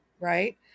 right